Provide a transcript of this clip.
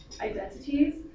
identities